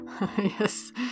Yes